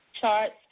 charts